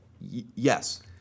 yes